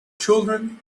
children